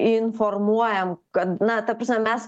informuojam kad na ta prasme mes